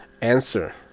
answer